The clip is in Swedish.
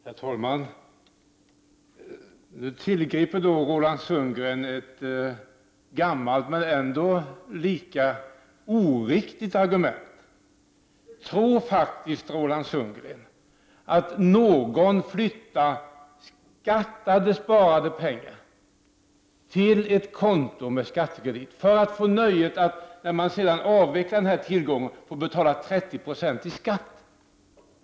Herr talman! Nu tillgrep Roland Sundgren ett gammalt men ändå lika oriktigt argument. Tror Roland Sundgren faktiskt att någon flyttar skattade, sparade pengar till ett konto med skattekredit i syfte att få nöjet att, när tillgången sedan avvecklas, få betala 30 90 i skatt?